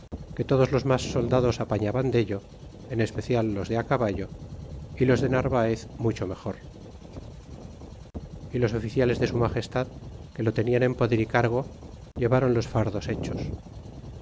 que todos los mas soldados apañaban dello en especial los de caballo y los de narvaez mucho mejor y los oficiales de su magestad que lo tenian en poder y cargo llevaron los fardos hechos